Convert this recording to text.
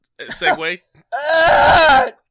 segue